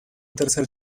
tercer